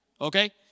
Okay